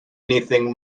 anything